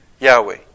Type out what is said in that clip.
Yahweh